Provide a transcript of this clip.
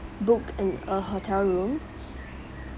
book an a hotel room